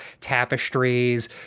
Tapestries